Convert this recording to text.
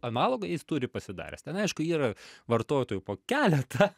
analogą jis turi pasidaręs ten aišku yra vartotojų po keletą